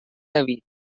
david